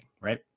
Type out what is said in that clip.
right